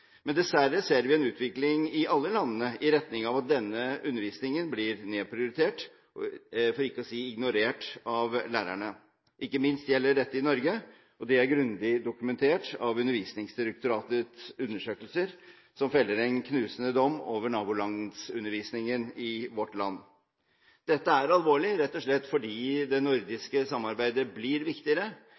men dessverre ser vi en utvikling i alle landene i retning av at denne undervisningen blir nedprioritert, for ikke å si ignorert, av lærerne. Ikke minst gjelder dette i Norge, og det er grundig dokumentert av Utdanningsdirektoratets undersøkelser, som feller en knusende dom over nabolandsundervisningen i vårt land. Dette er alvorlig, rett og slett fordi det nordiske samarbeidet blir viktigere.